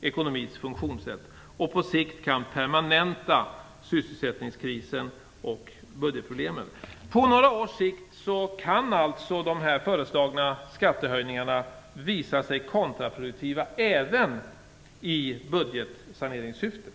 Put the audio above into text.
ekonomis funktionssätt och på sikt kan permanenta sysselsättningskrisen och budgetproblemen. På några års sikt kan alltså de föreslagna skattehöjningarna visa sig kontraproduktiva även i budgetsaneringssyfte.